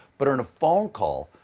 but in a phone call,